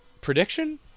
Prediction